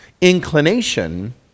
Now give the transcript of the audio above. inclination